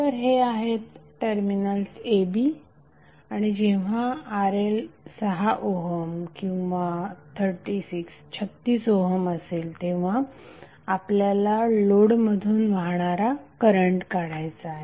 तर हे आहेत टर्मिनल्स a b आणि जेव्हा RL 6 ओहम किंवा 36 ओहम असेल तेव्हा आपल्याला लोडमधून वाहणारा करंट काढायचा आहे